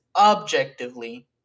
objectively